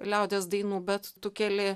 liaudies dainų bet tu keli